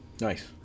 Nice